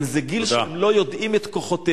אבל זה גיל שהם לא יודעים את כוחותיהם,